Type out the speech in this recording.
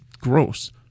gross